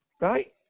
right